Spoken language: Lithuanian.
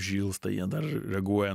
žilsta jie dar reaguoja